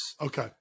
Okay